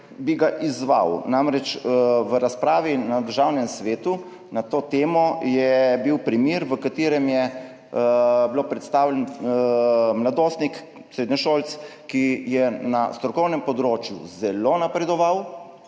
bi ga izzval. Namreč, v razpravi na seji Državnega sveta na to temo je bil primer, v katerem je bil predstavljen mladostnik, srednješolec, ki je na strokovnem področju zelo napredoval,